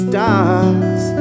Stars